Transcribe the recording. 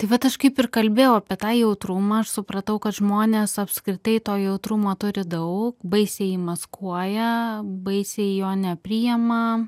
tai vat aš kaip ir kalbėjau apie tą jautrumą aš supratau kad žmonės apskritai to jautrumo turi daug baisiai jį maskuoja baisiai jo nepriema